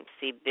see